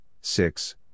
six